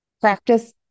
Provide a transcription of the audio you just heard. Practice